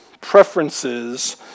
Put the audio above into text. Preferences